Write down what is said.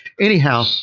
Anyhow